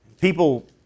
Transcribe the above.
people